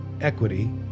equity